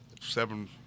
seven